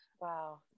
Wow